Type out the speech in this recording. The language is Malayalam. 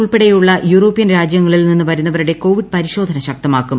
ഉൾപ്പെടെയുള്ള യൂറോപ്യൻ രാജ്യങ്ങളിൽ നിന്ന് വരുന്നവരുടെ കോവിഡ് പരിശോധന ശക്തമാക്കും